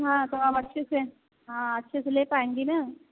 हाँ तो आप अच्छे से हाँ अच्छे से ले पाएँगीे ना